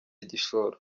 igishoro